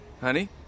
Honey